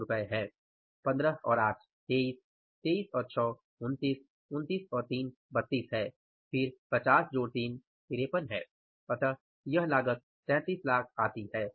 15 और 8 23 23 और 6 29 29 और 3 32 है फिर 50 जोड़ 3 53 है अतः यह लागत 3300000 आती है